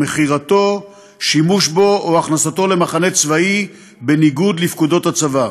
מכירתו ושימוש בו או הכנסתו למחנה צבאי בניגוד לפקודות הצבא.